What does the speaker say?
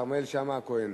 כרמל שאמה-הכהן.